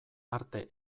arte